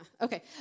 Okay